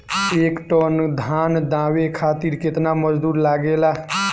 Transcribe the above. एक टन धान दवावे खातीर केतना मजदुर लागेला?